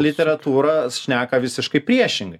literatūra šneka visiškai priešingai